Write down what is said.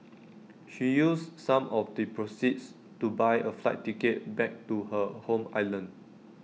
she used some of the proceeds to buy A flight ticket back to her home island